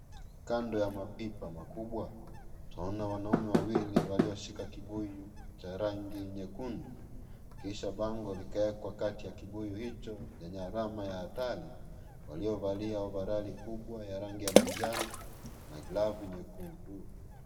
Kando ya mapipa makubwa, tuaona wanaume wawili walioshika kibuyu cha rangi nyekundu. Kisha bango likaekwa kati ya kibuyu hicho cha alama ya hatari, waliovalia ovarali kubwa ya rangi ya manjano na glavu nyekundu.